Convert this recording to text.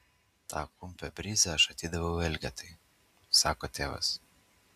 tą kumpio bryzą aš atidaviau elgetai sako tėvas